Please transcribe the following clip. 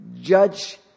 judge